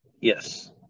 Yes